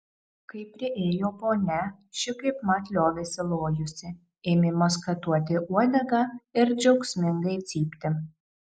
kai priėjo ponia ši kaipmat liovėsi lojusi ėmė maskatuoti uodegą ir džiaugsmingai cypti